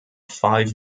five